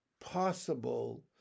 possible